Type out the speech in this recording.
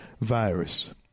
virus